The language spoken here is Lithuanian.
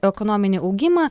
ekonominį augimą